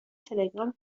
تلگرام